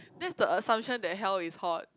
that's the assumption that hell is hot